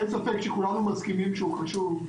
אין ספק שכולנו מסכימים שהוא חשוב,